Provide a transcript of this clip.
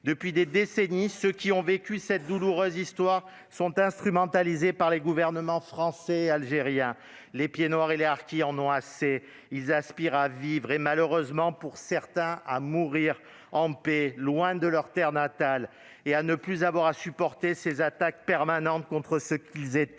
Depuis des décennies, ceux qui ont vécu cette douloureuse histoire sont instrumentalisés par les gouvernements français et algérien. Les pieds-noirs et les harkis en ont assez. Ils veulent vivre- et malheureusement, pour certains, mourir -en paix, loin de leur terre natale, et ne plus avoir à supporter ces attaques permanentes contre ce qu'ils étaient.